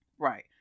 Right